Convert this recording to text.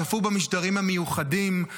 צפו במשדרים המיוחדים.